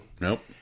nope